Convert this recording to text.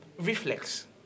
reflex